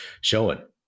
showing